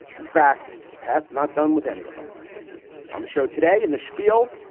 in fact, the past not done with any of us on the show today in the spiel,